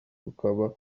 rukaba